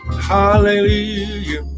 hallelujah